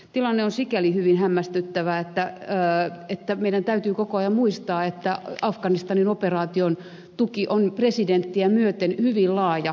tilanne on sikäli hyvin hämmästyttävä että meidän täytyy koko ajan muistaa että afganistanin operaation tuki on presidenttiä ja eduskuntaa myöten hyvin laaja